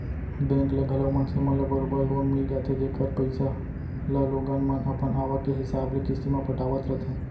bank ले घलौ मनसे मन ल बरोबर लोन मिल जाथे जेकर पइसा ल लोगन मन अपन आवक के हिसाब ले किस्ती म पटावत रथें